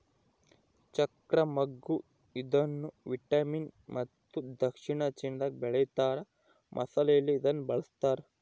ಚಕ್ತ್ರ ಮಗ್ಗು ಇದನ್ನುವಿಯೆಟ್ನಾಮ್ ಮತ್ತು ದಕ್ಷಿಣ ಚೀನಾದಾಗ ಬೆಳೀತಾರ ಮಸಾಲೆಯಲ್ಲಿ ಇದನ್ನು ಬಳಸ್ತಾರ